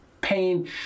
pain